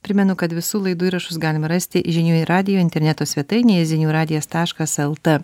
primenu kad visų laidų įrašus galima rasti žinių radijo interneto svetainėje ziniuradijas taškas lt